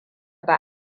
ba